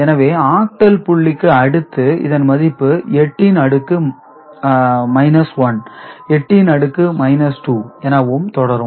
எனவே ஆக்டல் புள்ளிக்கு அடுத்து இதன் மதிப்பு 8 அடுக்கு 1 8 அடுக்கு 2 எனவும் தொடரும்